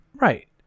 Right